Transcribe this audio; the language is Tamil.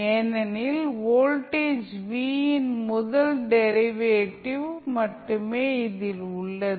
ஏனெனில் வோல்டேஜ் V இன் முதல் டெரிவேட்டிவ் மட்டுமே இதில் உள்ளது